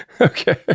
Okay